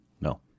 No